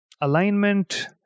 alignment